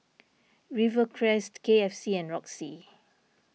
Rivercrest K F C and Roxy